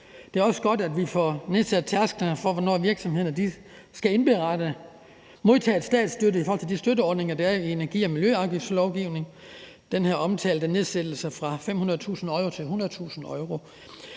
Det er også godt, at vi får nedsat tærsklerne for, hvornår virksomhederne skal indberette modtaget statsstøtte i forhold til de støtteordninger, der er i energi- og miljøafgiftslovgivningen, altså den her omtalte nedsættelse fra 500.000 euro til 100.000 euro.